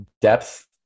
depth